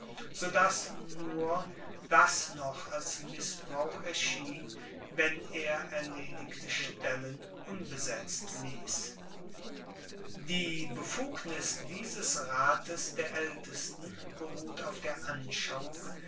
dass nur das noch als missbrauch erschien wenn er erledigte stellen unbesetzt liess die befugnis dieses rates der aeltesten beruht auf der anschauung